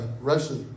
Russia